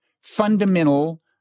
fundamental